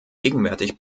gegenwärtig